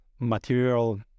material